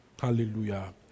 Hallelujah